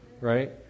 Right